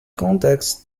context